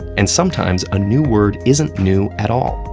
and sometimes a new word isn't new at all.